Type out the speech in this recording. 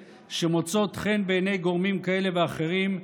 שמוצאות חן בעיני גורמים כאלה ואחרים,